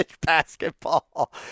basketball